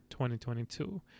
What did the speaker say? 2022